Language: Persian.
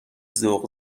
ذوق